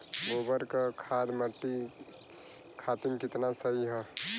गोबर क खाद्य मट्टी खातिन कितना सही ह?